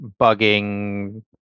bugging